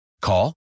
Call